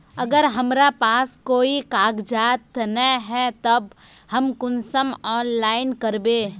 अगर हमरा पास कोई कागजात नय है तब हम कुंसम ऑनलाइन करबे?